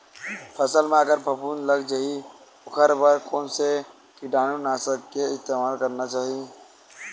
फसल म अगर फफूंद लग जा ही ओखर बर कोन से कीटानु नाशक के इस्तेमाल करना चाहि?